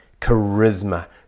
charisma